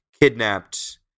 Kidnapped